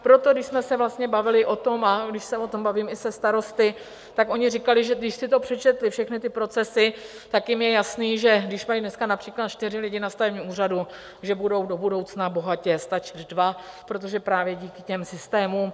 Proto když jsme se vlastně bavili o tom a když se o tom bavím i se starosty, tak oni říkali, že když si to přečetli, všechny ty procesy, tak jim je jasné, že když mají dneska například čtyři lidi na stavební úřadu, že budou do budoucna bohatě stačit dva, protože právě díky těm systémům...